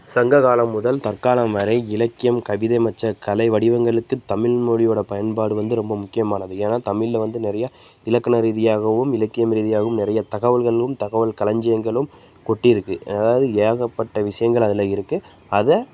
சங்ககாலம் முதல் தற்காலம் வரை இலக்கியம் கவிதை மற்ற கலை வடிவங்களுக்கு தமிழ்மொழியோட பயன்பாடு வந்து ரொம்ப முக்கியமானது ஏன்னா தமிழ்ல வந்து நிறைய இலக்கண ரீதியாகவும் இலக்கியம் ரீதியாகவும் நிறைய தகவல்களும் தகவல் களஞ்சியங்களும் கொட்டி இருக்கு அதாவது ஏகப்பட்ட விஷயங்கள் அதில் இருக்கு அதை